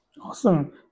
awesome